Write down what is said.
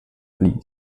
flea